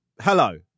hello